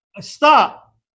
Stop